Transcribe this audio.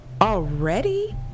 already